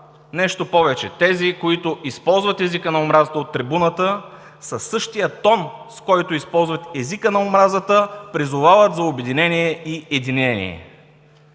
Нещо повече, тези, които използват езика на омразата от трибуната, със същия тон, с който използват езика на омразата, призовават за обединение и единение.